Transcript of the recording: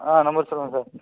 ஆ number சொல்லுங்கள் sir